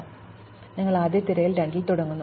സന്ദർശിച്ചു അവിടെ ഞങ്ങൾ ആദ്യ തിരയൽ 2 എടുക്കുന്നു